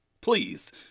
Please